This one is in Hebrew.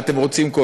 אם אתם רוצים,